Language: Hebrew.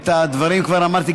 את הדברים כבר אמרתי,